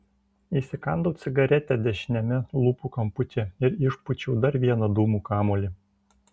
įsikandau cigaretę dešiniame lūpų kamputyje ir išpūčiau dar vieną dūmų kamuolį